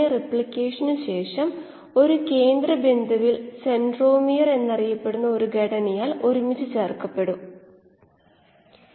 ഇത് ഔട്ടലെറ്റിൽ കോശങ്ങൾ ഇല്ലാത്ത ഉൽപാദനക്ഷമതയില്ലാത്ത സ്ഥിരതയുള്ള അവസ്ഥയാണ് ഇതിനെയാണ് യഥാർത്ഥത്തിൽ വാഷഔട്ട് അവസ്ഥ എന്ന് വിളിക്കുന്നത്